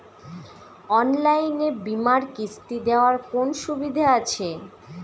অনলাইনে বীমার কিস্তি দেওয়ার কোন সুবিধে আছে?